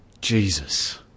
Jesus